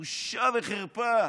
בושה וחרפה.